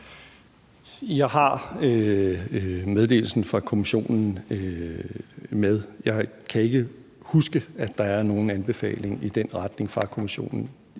Jeg har meddelelsen fra Kommissionen med. Jeg kan ikke huske, at der er nogen anbefaling i den retning fra Kommissionen.